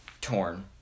torn